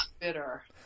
bitter